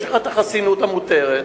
יש לך החסינות המותרת.